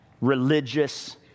religious